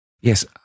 Yes